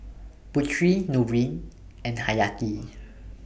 Putri Nurin and Hayati